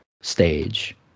stage